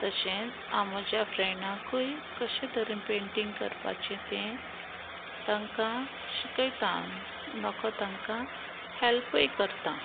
तशेंच हांव म्हज्या फ्रेंडाकूय कशे तरेन पेंटींग करपाचें तें तांकां शिकयता आनी नोको तांकां हॅल्पूय करता